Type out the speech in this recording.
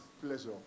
pleasure